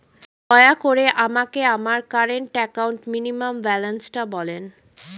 দয়া করে আমাকে আমার কারেন্ট অ্যাকাউন্ট মিনিমাম ব্যালান্সটা বলেন